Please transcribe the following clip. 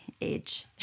age